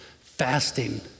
fasting